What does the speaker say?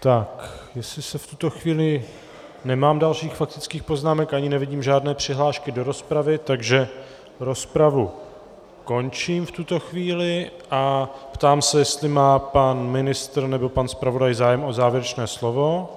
Jestli v tuto chvíli nemám dalších faktických poznámek a ani nevidím žádné přihlášky do rozpravy, tak rozpravu končím v tuto chvíli a ptám se, jestli má pan ministr nebo pan zpravodaj zájem o závěrečné slovo.